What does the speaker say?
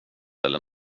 eller